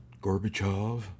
Gorbachev